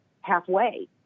halfway